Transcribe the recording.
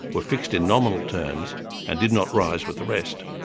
were fixed in nominal terms and did not rise with the rest.